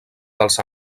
dels